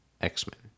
X-Men